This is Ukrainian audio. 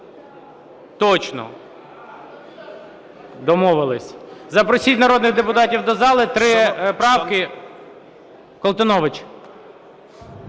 Точно? Домовилися. Запросіть народних депутатів до зали, три правки. Колтунович.